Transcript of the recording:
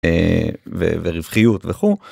ורווחיות וכו'.